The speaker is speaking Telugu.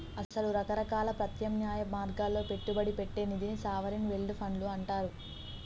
అసలు రకరకాల ప్రత్యామ్నాయ మార్గాల్లో పెట్టుబడి పెట్టే నిధిని సావరిన్ వెల్డ్ ఫండ్లు అంటారు